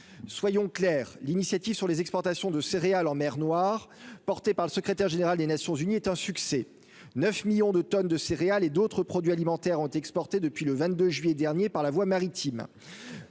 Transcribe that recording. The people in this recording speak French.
soyons clairs, l'initiative sur les exportations de céréales en mer Noire, porté par le secrétaire général des Nations-Unies est un succès 9 millions de tonnes de céréales et d'autres produits alimentaires ont exporté depuis le 22 juillet dernier par la voie maritime,